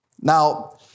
Now